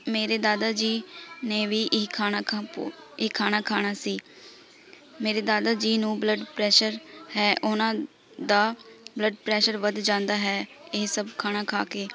ਮੇਰੇ ਦਾਦਾ ਜੀ ਨੇ ਵੀ ਇਹ ਖਾਣਾ ਖਾਪੋ ਇਹ ਖਾਣਾ ਖਾਣਾ ਸੀ ਮੇਰੇ ਦਾਦਾ ਜੀ ਨੂੰ ਬਲੱਡ ਪ੍ਰੈਸ਼ਰ ਹੈ ਉਹਨਾਂ ਦਾ ਬਲੱਡ ਪ੍ਰੈਸ਼ਰ ਵੱਧ ਜਾਂਦਾ ਹੈ ਇਹ ਸਭ ਖਾਣਾ ਖਾ ਕੇ